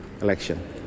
election